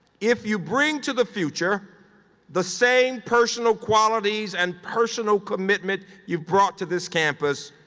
if you bring to the future the same personal qualities and personal commitment you've brought to this campus,